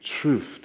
truth